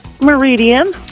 Meridian